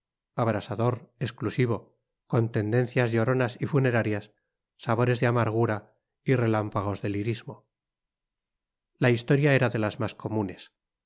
abrasador exclusivo con tendencias lloronas y funerarias sabores de amargura y relámpagos de lirismo la historia era de las más comunes